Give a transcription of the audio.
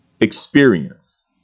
experience